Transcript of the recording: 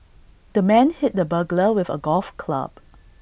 the man hit the burglar with A golf club